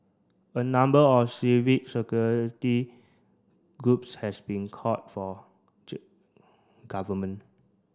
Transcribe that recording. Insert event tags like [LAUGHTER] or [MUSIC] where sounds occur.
a number of civic [UNINTELLIGIBLE] groups has been called for [UNINTELLIGIBLE] Government